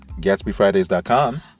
gatsbyfridays.com